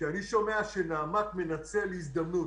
כשאני שומע שנעמ"ת מנצל הזדמנות